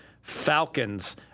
Falcons